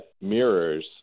mirrors